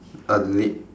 err lip